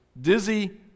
dizzy